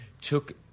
took